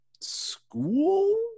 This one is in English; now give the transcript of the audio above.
school